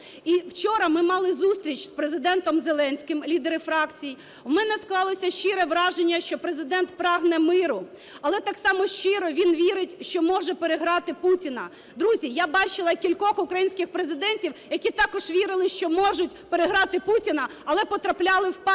вчора ми мали зустріч з Президентом Зеленським, лідери фракцій, в мене склалося щире враження, що Президент прагне миру, але так само щиро він вірить, що може переграти Путіна. Друзі, я бачила кількох українських президентів, які також вірили, що можуть переграти Путіна, але потрапляли в пастку